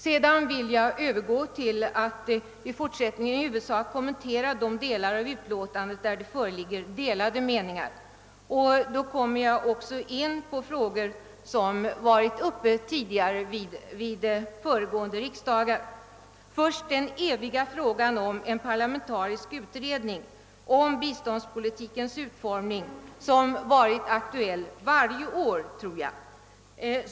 Sedan vill jag övergå till att i huvudsak kommentera de avsnitt av utlåtandet där det föreligger delade meningar. Jag kommer därvid in på frågor som också varit uppe vid föregående riksdagar, och först då den eviga frågan om en parlamentarisk utredning angående biståndspolitikens utformning, som jag tror varit aktuell varje år.